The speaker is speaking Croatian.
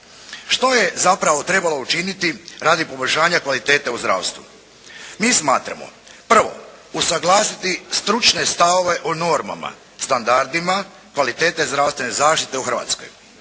Što je zapravo trebalo učiniti radi poboljšanja kvalitete u zdravstvu? Mi smatramo, prvo usuglasiti stručne stavove o normama, standardima kvalitete zdravstvene zaštite u Hrvatskoj.